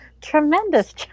tremendous